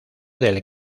del